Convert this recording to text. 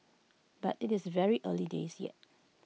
but IT is very early days yet